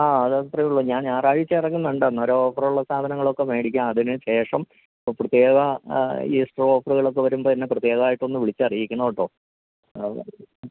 ആ അത് അത്രയും ഉള്ളു ഞാൻ ഞായറാഴ്ച് ഇറങ്ങുന്നുണ്ട് അന്നേരം ഓഫർ ഉള്ള സാധനങ്ങളൊക്കെ മേടിക്കാം അതിന് ശേഷം ഇപ്പം പ്രത്യേക ഈസ്റ്റർ ഓഫറുകളൊക്കെ വരുമ്പോൾ എന്നെ പ്രത്യേകമായിട്ടൊന്ന് വിളിച്ചറിയിക്കണം കേട്ടോ